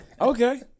okay